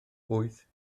wyth